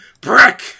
BRICK